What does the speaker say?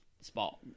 spot